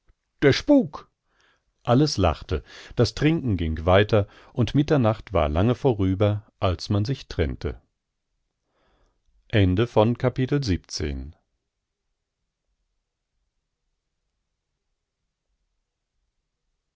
der spuk alles lachte das trinken ging weiter und mitternacht war lange vorüber als man sich trennte